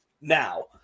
now